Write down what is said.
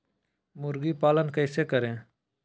मुर्गी पालन कैसे करें?